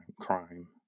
crime